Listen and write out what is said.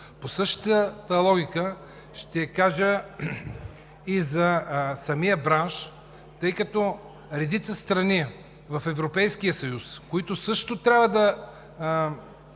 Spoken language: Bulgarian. По същата логика ще кажа и за самия бранш, тъй като редица страни в Европейския съюз, които също трябва да